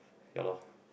ya lor